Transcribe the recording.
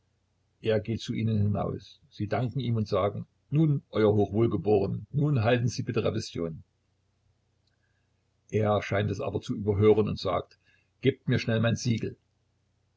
er geht zu ihnen hinaus sie danken ihm und sagen nun euer hochwohlgeboren nun halten sie bitte revision er scheint es aber zu überhören und sagt gebt mir schnell mein siegel